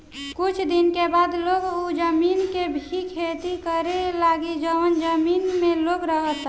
कुछ दिन के बाद लोग उ जमीन के भी खेती करे लागी जवन जमीन में लोग रहता